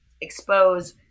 expose